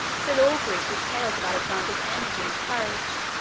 fill all greece with tales of alexander's energy and courage,